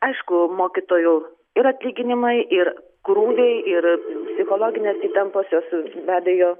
aišku mokytojų ir atlyginimai ir krūviai ir psichologinės įtampos jos be abejo